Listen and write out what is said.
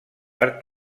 per